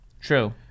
True